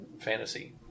fantasy